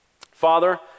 Father